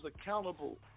accountable